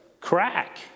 crack